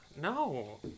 No